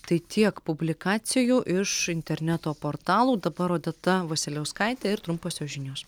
tai tiek publikacijų iš interneto portalų dabar odeta vasiliauskaitė ir trumposios žinios